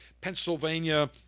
Pennsylvania